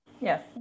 Yes